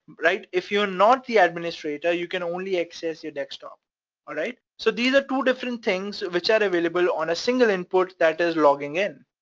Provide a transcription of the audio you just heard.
right? if you're not the administrator, you can only access your desktop, alright? so these are two different things which are available on a single input that is logging in,